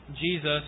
Jesus